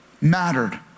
mattered